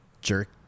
Jerk